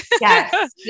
Yes